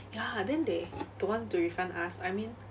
ya then they don't want to refund us I mean